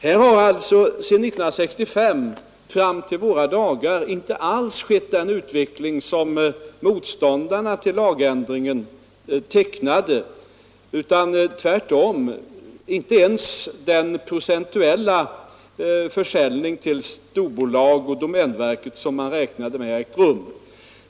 Sedan 1965 och fram till våra dagar har inte alls den utveckling ägt rum som motståndarna till lagändringen tecknade — tvärtom. Inte ens den procentuella försäljning till storbolag och domänverket som man räknade med har förekommit.